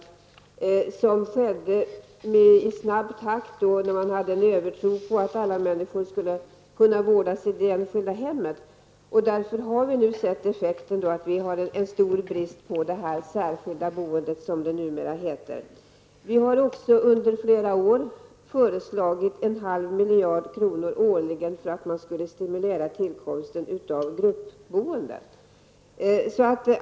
Denna nedläggning skedde i snabb takt då man hade en övertro på att alla människor skulle kunna vårdas i det enskilda hemmet. Därför har vi nu sett effekten i form av en stor brist på detta särskilda boende, som det numera heter. Vi har också under flera år föreslagit en halv miljard kronor årligen för att man skulle stimulera tillkomsten av gruppboende.